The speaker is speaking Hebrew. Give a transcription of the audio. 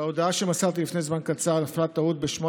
בהודעה שמסרתי לפני זמן קצר נפלה טעות בשמו